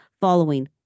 following